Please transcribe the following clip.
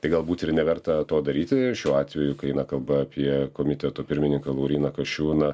tai galbūt ir neverta to daryti ir šiuo atveju kai na kalba apie komiteto pirmininką lauryną kasčiūną